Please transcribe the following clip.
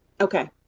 okay